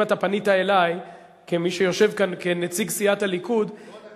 אם פנית אלי כמי שיושב כאן כנציג סיעת הליכוד,